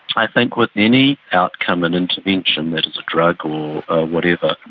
i think with any outcome and intervention that is a drug or whatever,